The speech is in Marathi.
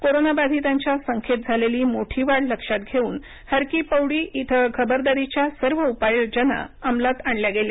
कोरोनाबाधीतांच्या संख्येत झालेली मोठी वाढ लक्षात घेउन हर की पौडी इथं खबरदारीच्या सर्व उपाययोजना अमलात आणल्या गेल्या